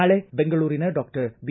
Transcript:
ನಾಳೆ ಬೆಂಗಳೂರಿನ doctor B